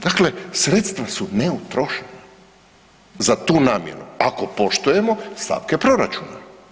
Dakle, sredstva su neutrošena za tu namjenu ako poštujemo stavke proračuna.